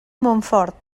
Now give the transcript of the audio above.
montfort